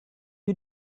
you